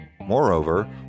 Moreover